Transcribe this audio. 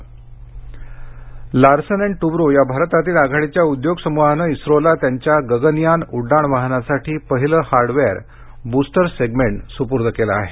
Gaganyaan Larsen and Toubro या भारतातील आघाडीच्या उद्योग समूहानं इस्त्रोला त्यांच्या गगनयान उड्डाण वाहनासाठी पहिलं हार्डवेयर बूस्टर सेगमेंट सुपूर्द केलं आहे